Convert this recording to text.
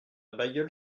bailleul